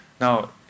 now